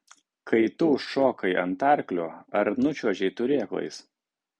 kai tu užšokai ant arklio ar nučiuožei turėklais